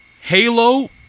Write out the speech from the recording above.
Halo